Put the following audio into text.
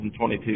2022